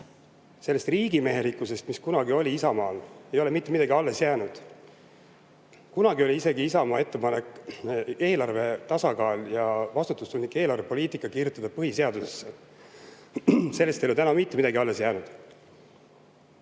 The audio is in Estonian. Sellest riigimehelikkusest, mis kunagi Isamaal oli, ei ole mitte midagi alles jäänud. Kunagi oli Isamaal isegi ettepanek kirjutada eelarve tasakaal ja vastutustundlik eelarvepoliitika põhiseadusesse. Sellest ei ole täna mitte midagi alles jäänud.